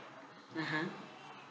(uh huh)